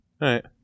Right